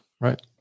Right